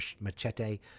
machete